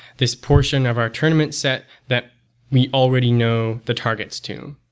this portion of our tournament set that we already know the targets to.